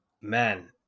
Man